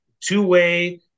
two-way